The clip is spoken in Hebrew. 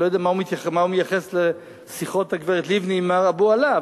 אני לא יודע מה הוא מייחס לשיחות הגברת לבני עם מר אבו עלא,